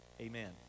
amen